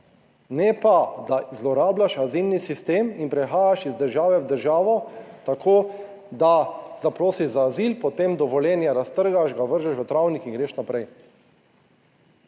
Ne pa, da zlorabljaš azilni sistem in prehajaš iz države v državo, tako da, zaprosiš za azil, potem dovoljenje raztrgaš, ga vržeš v travnik in greš naprej.